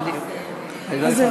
אין בעיה.